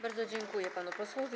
Bardzo dziękuję panu posłowi.